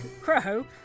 crow